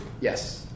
Yes